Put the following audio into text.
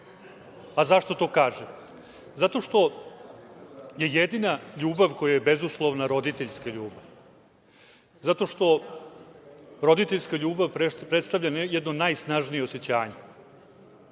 to kažem? Zato što je jedina ljubav koja je bezuslovna roditeljska ljubav. Zato što roditeljska ljubav predstavlja jedno od najsnažnijih osećanja.